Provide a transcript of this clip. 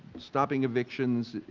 stopping evictions,